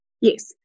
Yes